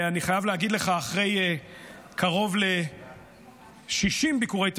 אני חייב להגיד לך שאחרי קרוב ל-60 ביקורי תנחומים,